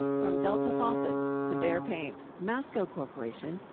from delta faucets, to behr paint, masco corporation,